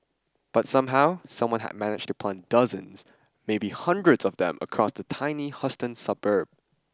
but somehow someone had managed to plant dozens maybe hundreds of them across the tiny Houston suburb